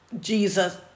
Jesus